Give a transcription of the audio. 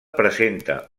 presenta